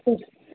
હા